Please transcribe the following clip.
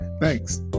Thanks